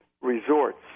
Resorts